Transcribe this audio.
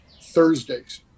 Thursdays